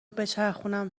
بچرخونم